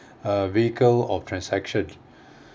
uh vehicle of transaction